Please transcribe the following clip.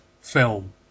film